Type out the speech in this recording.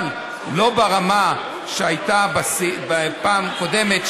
אבל לא ברמה שהייתה בפעם הקודמת,